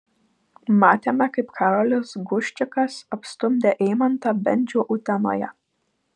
matėme kaip karolis guščikas apstumdė eimantą bendžių utenoje